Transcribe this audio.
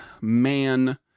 man